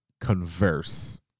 converse